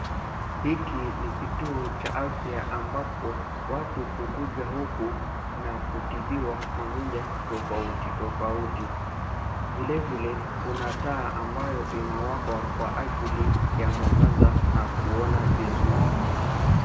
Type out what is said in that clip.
Hiki ni kutuo cha afya ambapo watu hukuja huku na kutibiwa magonjwa tofauti, tofauti. Vilevile kuna taa ambayo inawaka kwa ajii ya mwangaza na kuona vizuri.